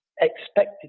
expected